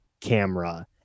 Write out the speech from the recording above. camera